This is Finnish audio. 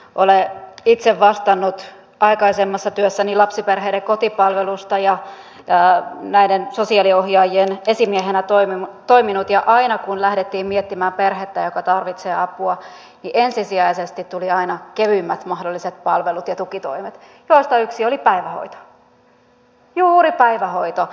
olen itse vastannut aikaisemmassa työssäni lapsiperheiden kotipalvelusta ja näiden sosiaaliohjaajien esimiehenä toiminut ja aina kun lähdettiin miettimään perhettä joka tarvitsee apua niin ensisijaisesti tuli aina kevyimmät mahdolliset palvelut ja tukitoimet joista yksi oli päivähoito juuri päivähoito